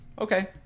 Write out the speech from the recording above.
Okay